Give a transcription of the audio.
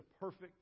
perfect